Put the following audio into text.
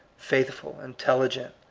faithful, intelligent,